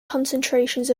concentrations